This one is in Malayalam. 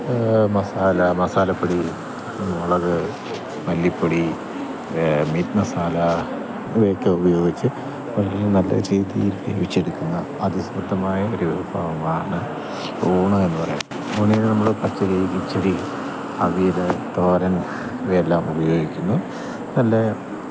മസാല മസാലപ്പൊടി മുളക് മല്ലിപ്പൊടി മീറ്റ് മസാല ഇവയൊക്കെ ഉപയോഗിച്ച് വലിയ നല്ല രീതിയില് വേവിച്ചെടുക്കുന്ന അതിസമൃദ്ധമായ ഒരു വിഭവമാണ് ഊണ് എന്ന് പറയുന്നത് ഊണിന് നമ്മൾ പച്ചടി കിച്ചടി അവിയൽ തോരന് ഇവയെല്ലാം ഉപയോഗിക്കുന്നു നല്ല